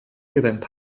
日本